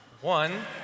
One